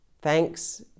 Thanks